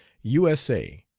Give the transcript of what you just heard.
u s a,